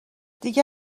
دیگه